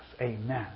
Amen